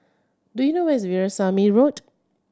do you know where is Veerasamy Road